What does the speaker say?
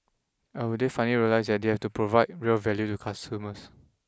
or will they finally realise that they have to provide real value to consumers